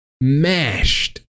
mashed